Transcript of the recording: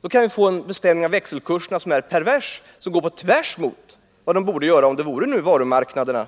Då kan vi få en bestämning av växelkurserna som går på tvärs mot vad de borde göra om varumarknaden